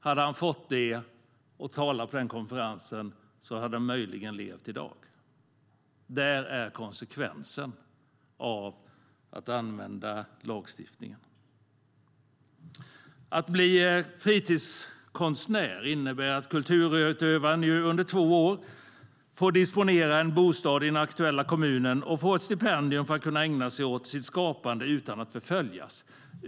Hade han fått det och talat på konferensen hade han möjligen levt i dag. Det är konsekvensen av att använda lagstiftningen. Att bli fristadskonstnär innebär att kulturutövaren under två år får disponera en bostad i den aktuella kommunen och får ett stipendium för att kunna ägna sig åt sitt skapande utan att förföljas.